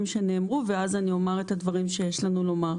שנאמרו ואז אומר את הדברים שיש לנו לומר.